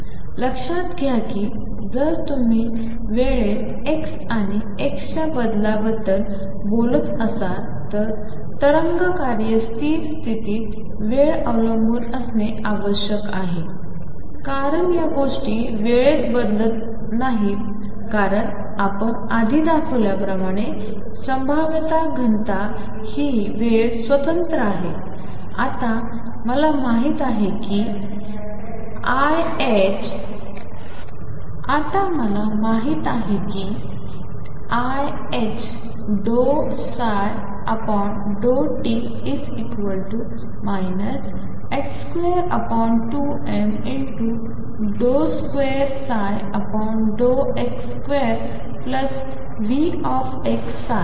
लक्षात घ्या की जर तुम्ही वेळेत ⟨x⟩आणि ⟨x⟩च्या बदलाबद्दल बोलत असाल तर तरंग कार्य स्थिर स्थितीत वेळ अवलंबून असणे आवश्यक आहे कारण या गोष्टी वेळेत बदलत नाहीत कारण आपण आधी दाखवल्याप्रमाणे संभाव्यता घनता हि वेळ स्वतंत्र आहे आता मला माहित आहे की iℏ∂ψ∂t 22m2x2Vx